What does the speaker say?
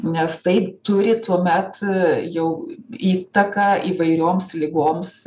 nes tai turi tuomet jau įtaką įvairioms ligoms